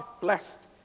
blessed